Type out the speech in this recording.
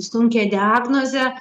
sunkią diagnozę